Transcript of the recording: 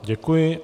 Děkuji.